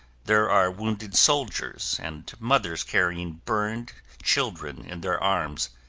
there are wounded soldiers, and mothers carrying burned children in their arms.